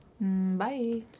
Bye